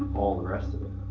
all the rest of it.